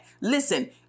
listen